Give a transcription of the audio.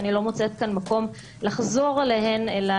שאני לא מוצאת כאן מקום לחזור עליהן אלא